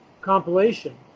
compilation